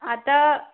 आता